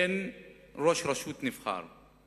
אין ראש רשות נבחר.